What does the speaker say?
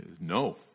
No